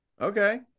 Okay